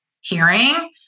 hearing